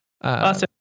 Awesome